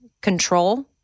control